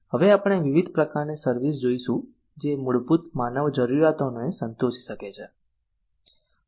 હવે આપણે વિવિધ પ્રકારની સર્વિસ જોઈશું જે મૂળભૂત માનવ જરૂરિયાતોને સંતોષી શકે છે